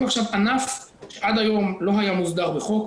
עכשיו ענף שעד היום לא היה מוסדר בחוק,